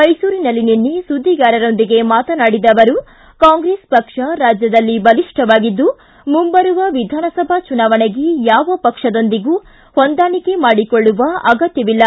ಮೈಸೂರಿನಲ್ಲಿ ನಿನ್ನೆ ಸುದ್ದಿಗಾರರೊಂದಿಗೆ ಮಾತನಾಡಿದ ಅವರು ಕಾಂಗ್ರೆಸ್ ಪಕ್ಷ ರಾಜ್ಯದಲ್ಲಿ ಬಲಿಷ್ಠವಾಗಿದ್ದು ಮುಂಬರುವ ವಿಧಾನಸಭಾ ಚುನಾವಣೆಗೆ ಯಾವ ಪಕ್ಷದೊಂದಿಗೂ ಹೊಂದಾಣಿಕೆ ಮಾಡಿಕೊಳ್ಳುವ ಅಗತ್ಯವಿಲ್ಲ